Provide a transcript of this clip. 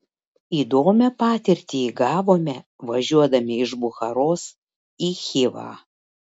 įdomią patirtį įgavome važiuodami iš bucharos į chivą